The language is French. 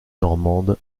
normande